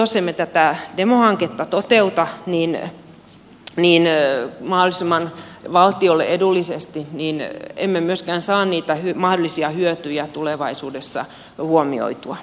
jos emme tätä demohanketta toteuta mahdollisimman valtiolle edullisesti niin emme myöskään saa niitä mahdollisia hyötyjä tulevaisuudessa huomioitua